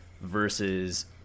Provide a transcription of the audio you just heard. versus